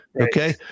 okay